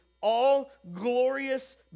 all-glorious